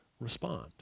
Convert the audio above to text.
respond